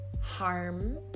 harm